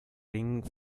ring